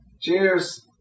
Cheers